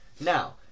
Now